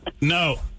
No